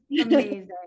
Amazing